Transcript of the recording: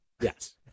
Yes